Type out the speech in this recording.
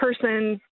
person